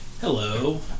Hello